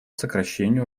сокращение